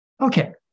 Okay